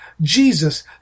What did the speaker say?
Jesus